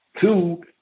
Two